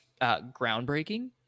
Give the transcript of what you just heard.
groundbreaking